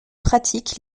pratique